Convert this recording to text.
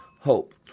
Hope